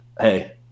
hey